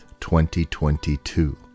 2022